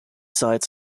sites